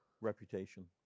Reputation